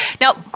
Now